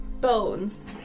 bones